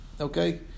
okay